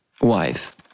wife